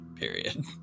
Period